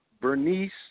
Bernice